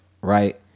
right